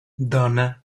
donna